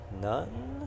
None